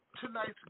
tonight's